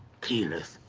keyleth?